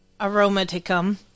aromaticum